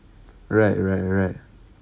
right right right